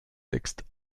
texte